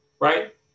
right